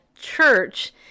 church